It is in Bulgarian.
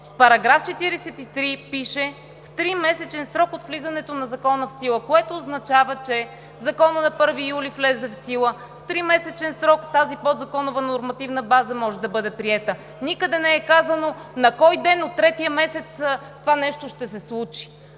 в § 43 пише: „В тримесечен срок от влизането на закона в сила“, което означава, че Законът на 1 юли влезе в сила, в тримесечен срок тази подзаконова нормативна база може да бъде приета. Никъде не е казано на кой ден от третия месец това нещо ще се случи.